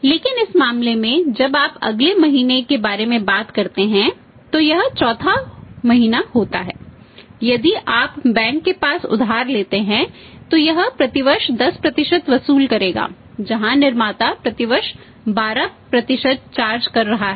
लेकिन इस मामले में जब आप अगले महीने के बारे में बात करते हैं तो यह चौथामहीना होता है यदि आप बैंक से पैसा उधार लेते हैं तो यह प्रतिवर्ष 10 वसूल करेगा जहाँ निर्माता प्रतिवर्ष 12 चार्ज कर रहा है